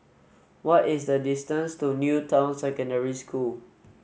what is the distance to New Town Secondary School